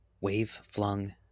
wave-flung